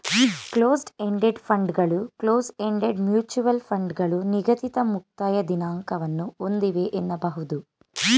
closed ended ಫಂಡ್ಗಳು close ended mutual ಫಂಡ್ಗಳು ನಿಗದಿತ ಮುಕ್ತಾಯ ದಿನಾಂಕವನ್ನ ಒಂದಿವೆ ಎನ್ನಬಹುದು